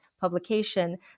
publication